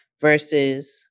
versus